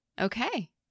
Okay